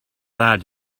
lad